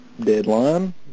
deadline